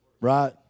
Right